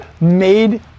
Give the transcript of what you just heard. made